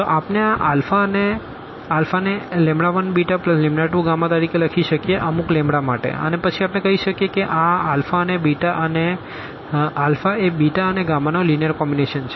તો આપણે આ ને 1β2 તરીકે લખી શકીએ અમુક માટે અને પછી આપણે કહી શકીએ કે આ એ અને નો લીનીઅર કોમ્બીનેશન છે